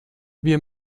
wir